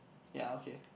ya okay